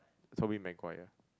Toby-McGuire